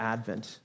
Advent